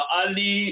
ali